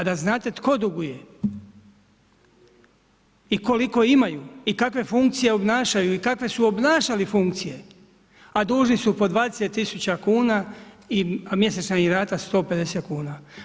A da znate tko duguje i koliko imaju i kakve funkcije obnašaju i kakve su obnašali funkcije, a dužni su po 20 tisuća kuna, a mjesečna im je rata 150 kuna.